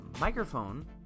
microphone